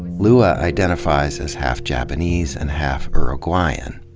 lua identifies as half japanese and half uruguayan.